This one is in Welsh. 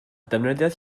defnyddiodd